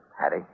Hattie